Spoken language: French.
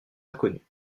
inconnues